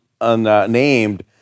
unnamed